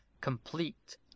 complete